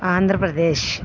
Andhra Pradesh